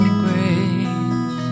grace